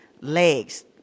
legs